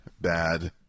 bad